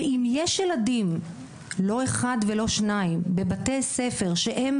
אם יש ילדים, לא אחד ולא שניים, בבתי ספר שהם